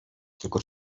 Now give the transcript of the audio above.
tylko